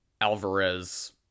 Alvarez